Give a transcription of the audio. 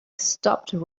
stopped